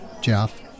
Jeff